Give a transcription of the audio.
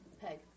Peg